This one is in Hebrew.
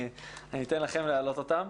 אתן לכם להעלות אותם.